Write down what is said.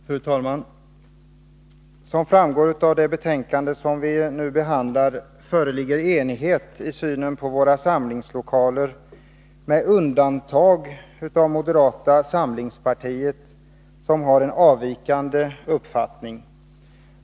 Fru talman! Som framgår av det betänkande vi nu behandlar föreligger enighet i synen på våra samlingslokaler, med undantag av moderata samlingspartiet som har en avvikande uppfattning.